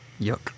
Yuck